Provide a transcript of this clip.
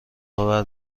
آور